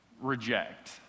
reject